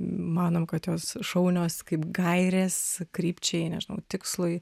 manom kad jos šaunios kaip gairės krypčiai nežinau tikslui